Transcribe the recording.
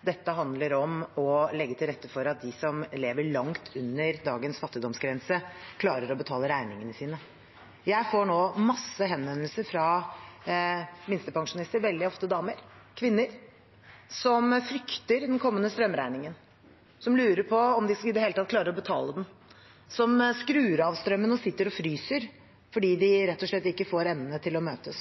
Dette handler om å legge til rette for at de som lever langt under dagens fattigdomsgrense, klarer å betale regningene sine. Jeg får nå mange henvendelser fra minstepensjonister, veldig ofte damer, kvinner, som frykter den kommende strømregningen, som lurer på om de i det hele tatt klarer å betale den, som skrur av strømmen og sitter og fryser fordi de rett og slett ikke får endene til å møtes.